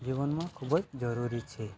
જીવનમાં ખૂબ જ જરૂરી છે